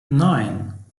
nine